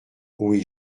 oui